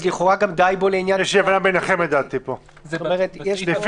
אז לכאורה גם די בו לעניין --- לדעתי יש פה אי הבנה ביניכם.